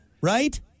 Right